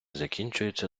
закінчується